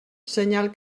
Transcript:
senyal